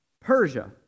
Persia